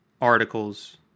articles